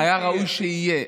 ראוי שיהיה.